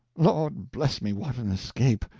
lord bless me, what an escape!